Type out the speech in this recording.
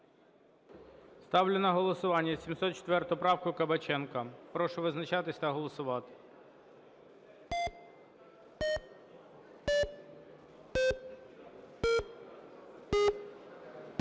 Ставлю на голосування 721 правку. Прошу визначатись та голосувати.